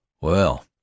Well